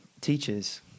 teachers